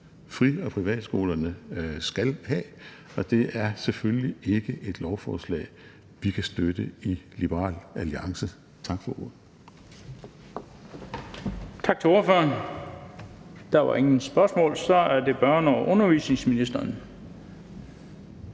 fri- og privatskolerne skal have, og det er selvfølgelig ikke et lovforslag, som vi kan støtte i Liberal Alliance. Tak for ordet.